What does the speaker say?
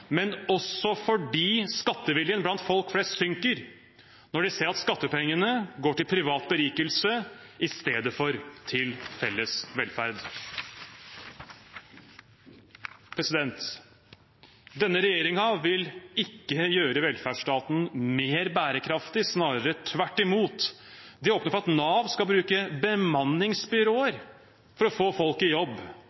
men også fordi skatteviljen blant folk flest synker når de ser at skattepengene går til privat berikelse i stedet for til felles velferd. Denne regjeringen vil ikke gjøre velferdsstaten mer bærekraftig, snarere tvert imot. Det åpner for at Nav skal bruke bemanningsbyråer